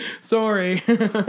Sorry